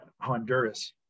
honduras